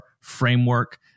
framework